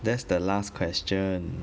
that's the last question